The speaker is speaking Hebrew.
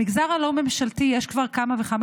במגזר הלא-ממשלתי יש כבר כמה וכמה